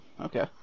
okay